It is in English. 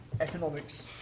economics